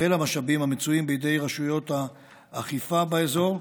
ולמשאבים המצויים בידי רשויות האכיפה באזור.